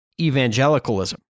evangelicalism